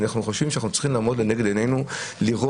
אנחנו חושבים שאנחנו צריכים לראות לנגד עינינו איך